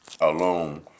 alone